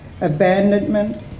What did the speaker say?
abandonment